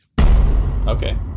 okay